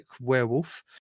werewolf